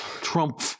Trump